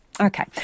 Okay